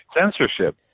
censorship